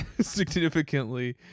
significantly